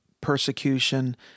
persecution